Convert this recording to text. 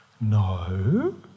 No